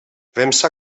premsa